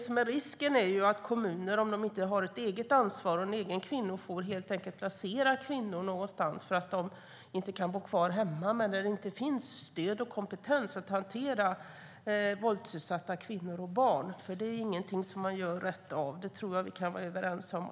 Om kommunerna inte har ett eget ansvar är risken att de helt enkelt bara placerar kvinnor någonstans när de inte kan bo kvar hemma, någonstans där det inte finns stöd och kompetens att hantera våldsutsatta kvinnor och barn. Det är ingenting som man bara gör rakt av; det tror jag att vi alla kan vara överens om.